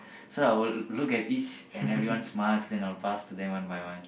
so I will look at each and everyone's marks then I will pass to them one by one